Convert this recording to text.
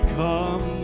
come